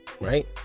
right